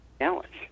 challenge